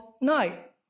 night